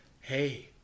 hey